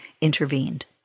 intervened